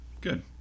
good